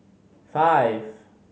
five